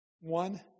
One